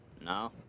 No